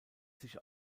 sich